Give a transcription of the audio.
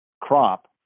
crop